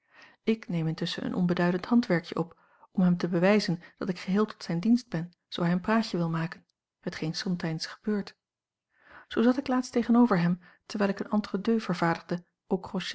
ik neem intusschen een onbeduidend handwerkje op om hem a l g bosboom-toussaint langs een omweg te bewijzen dat ik geheel tot zijn dienst ben zoo hij een praatje wil maken hetgeen somtijds gebeurt zoo zat ik laatst tegenover hem terwijl ik een entre deux vervaardigde